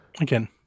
Again